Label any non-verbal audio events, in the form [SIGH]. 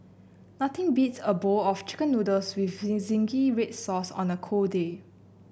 nothing beats a bowl of chicken noodles with [UNINTELLIGIBLE] zingy red sauce on a cold day